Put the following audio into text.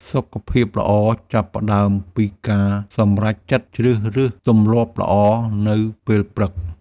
សុខភាពល្អចាប់ផ្តើមពីការសម្រេចចិត្តជ្រើសរើសទម្លាប់ល្អនៅពេលព្រឹក។